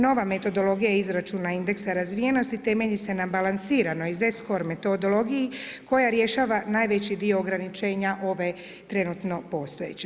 Nova metodologija izračuna indeksa razvijenosti temelji se na balansiranoj iz z-scor metodologiji koja rješava najveći dio ograničenja ove trenutno postojeće.